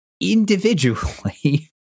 individually